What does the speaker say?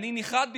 אני נחרד מבפנים,